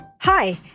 Hi